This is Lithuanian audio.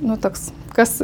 nu toks kas